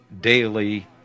daily